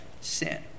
sin